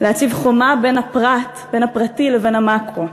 להציב חומה בין הפרט, בין הפרטי, לבין המקרו.